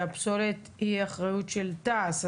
והפסולת היא אחריות של תעש,